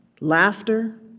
laughter